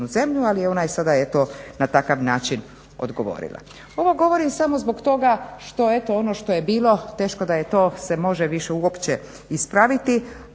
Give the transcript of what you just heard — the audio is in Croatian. zemlju ali ona je sada eto na takav način odgovorila. Ovo govorim samo zbog toga što eto ono što je bilo teško da je to se može više uopće ispraviti